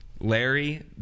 Larry